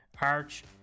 Arch